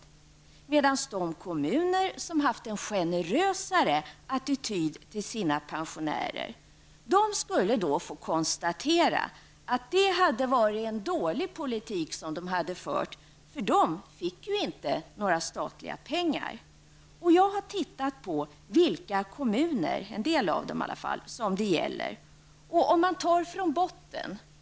Däremot skulle de kommuner som haft en generös attityd till sina pensionärer få konstatera att det hade varit en dålig politik som de fört, för de fick ju inte några statliga pengar. Jag har tittat på vilka kommuner -- en del av dem i alla fall -- som det gäller. Jag tar det från botten.